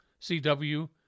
CW